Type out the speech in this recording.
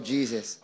Jesus